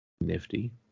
Nifty